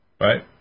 Right